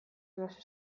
klase